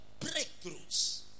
breakthroughs